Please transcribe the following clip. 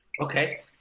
Okay